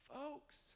Folks